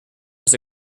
his